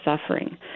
suffering